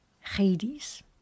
Hades